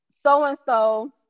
so-and-so